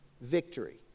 victory